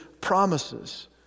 promises